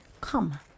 come